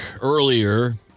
earlier